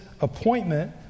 appointment